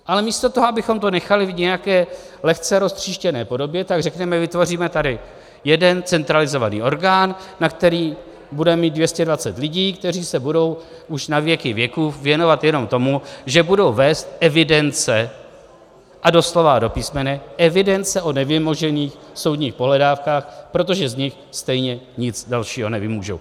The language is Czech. Ale místo toho, abychom to nechali v nějaké lehce roztříštěné podobě, tak řekneme vytvoříme tady jeden centralizovaný orgán, na který budeme mít 220 lidí, kteří se budou už na věky věkův věnovat jenom tomu, že budou vést evidence, a doslova a do písmene evidence o nevymožených soudních pohledávkách, protože z nich stejně nic dalšího nevymůžou.